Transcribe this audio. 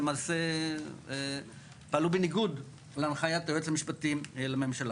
למעשה פעלו בניגוד להנחית היועץ המשפטי לממשלה.